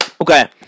Okay